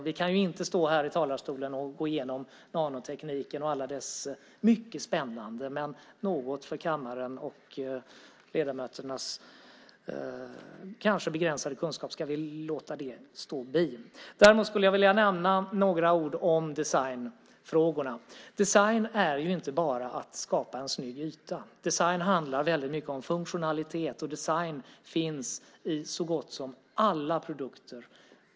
Vi kan ju inte stå här i talarstolen och gå igenom nanotekniken. Det är mycket spännande. Men med tanke på kammarens och ledamöternas kanske begränsade kunskap ska vi låta det vara. Däremot skulle jag vilja nämna några ord om designfrågorna. Design handlar inte bara om att skapa en snygg yta. Design handlar väldigt mycket om funktionalitet, och design finns i så gott som alla produkter.